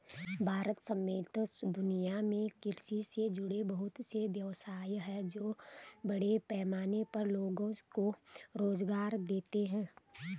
भारत समेत दुनिया में कृषि से जुड़े बहुत से व्यवसाय हैं जो बड़े पैमाने पर लोगो को रोज़गार देते हैं